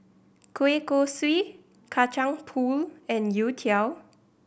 kueh kosui Kacang Pool and youtiao